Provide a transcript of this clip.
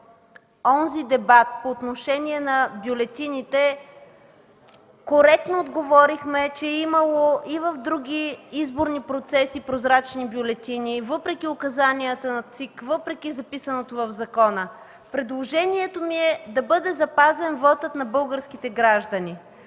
че в дебата за бюлетините коректно отговорихме, че е имало и в други изборни процеси прозрачни бюлетини въпреки указанията на ЦИК, въпреки записаното в закона, предложението ми е да бъде запазена тайната на вота на българските граждани.